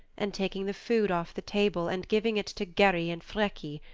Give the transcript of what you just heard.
and taking the food off the table and giving it to geri and freki,